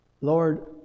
Lord